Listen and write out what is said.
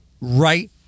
right